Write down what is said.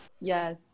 Yes